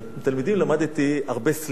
מהתלמידים למדתי הרבה סלנג.